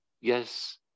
Yes